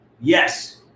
Yes